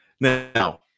Now